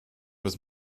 was